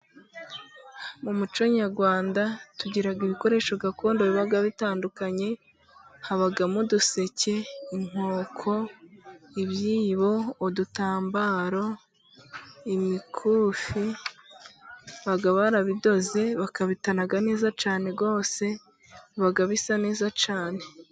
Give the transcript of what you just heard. Mu muco nyarwanda tugira ibikoresho gakondo biba bitandukanye, habamo: uduseke, inkoko, ibyibo, udutambaro, imikufi baba barabidoze bakabitanaga neza cyane rwose, biba bisa neza cyane.